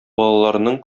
балаларының